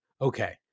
Okay